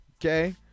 okay